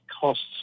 costs